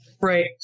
right